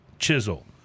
chisel